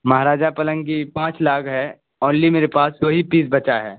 مہاراجہ پلنگ کی پانچ لاکھ ہے اونلی میرے دو ہی پیس بچا ہے